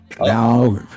Now